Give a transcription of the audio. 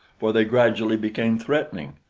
for they gradually became threatening,